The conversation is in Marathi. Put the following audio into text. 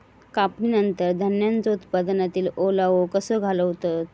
कापणीनंतर धान्यांचो उत्पादनातील ओलावो कसो घालवतत?